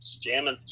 jamming